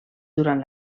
durant